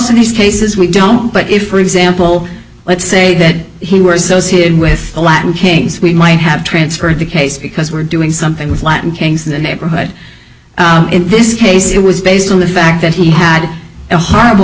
of these cases we don't but if for example let's say that he were associated with latin kings we might have transferred the case because we're doing something with latin kings in the neighborhood in this case it was based on the fact that he had a horrible